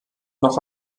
noch